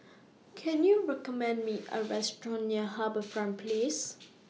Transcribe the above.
Can YOU recommend Me A Restaurant near HarbourFront Place